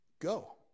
Go